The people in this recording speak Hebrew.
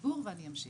ואני אמשיך.